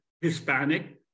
Hispanic